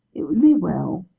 it would be well,